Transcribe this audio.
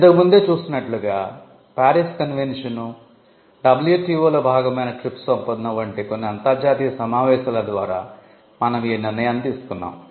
ఇంతకు ముందే చూసినట్లుగా ప్యారిస్ కన్వెన్షన్ WTOలో భాగమైన TRIPS ఒప్పందం వంటి కొన్ని అంతర్జాతీయ సమావేశాల ద్వారా మనం ఈ నిర్ణయాన్ని తీసుకున్నాము